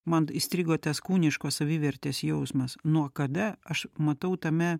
man įstrigo tas kūniško savivertės jausmas nuo kada aš matau tame